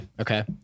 okay